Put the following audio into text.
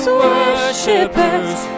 worshippers